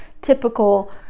typical